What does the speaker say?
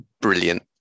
brilliant